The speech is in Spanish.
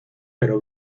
pero